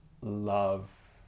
love